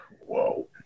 Whoa